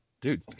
dude